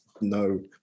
no